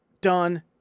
done